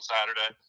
Saturday